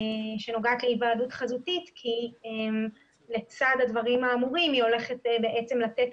שנוגעת להיוועדות חזותית כי לצד הדברים האמורים היא הולכת בעצם לתת